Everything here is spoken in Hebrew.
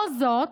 לא רק זאת,